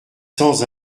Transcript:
sans